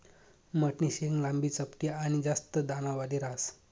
मठनी शेंग लांबी, चपटी आनी जास्त दानावाली ह्रास